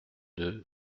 deux